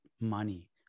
money